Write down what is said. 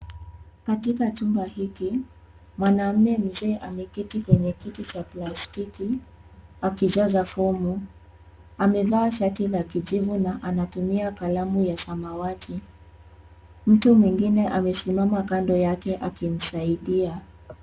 Katika chumba hiki mwanamme mzee ameketi kwenye kiti cha plastiki akijaza fomu, amevaa shati la kijivu na anatumia kalamu ya samawati, mtu mwingine amesimama kando yake akimsaidia.